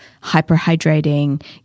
hyper-hydrating